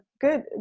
good